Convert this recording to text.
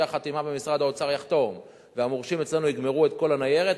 חתימה במשרד האוצר יחתום והמורשים אצלנו יגמרו את כל הניירת,